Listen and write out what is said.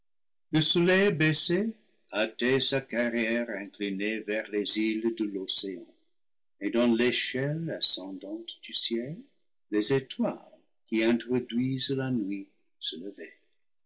le soleil baissé hâtait sa carrière inclinée vers les îles de l'océan et dans l'échelle ascendante du ciel les étoiles qui introduisent la nuit se levaient